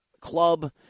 club